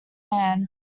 man